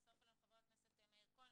הצטרף אלינו חבר הכנסת מאיר כהן,